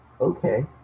Okay